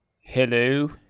hello